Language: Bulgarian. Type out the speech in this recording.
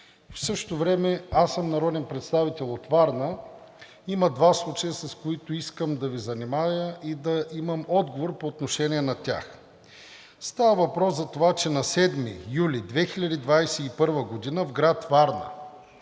В същото време аз съм народен представител от Варна. Има два случая, с които искам да Ви занимая и да имам отговор по отношение на тях. Става въпрос за това, че на 7 юли 2021 г. в град Варна,